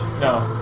No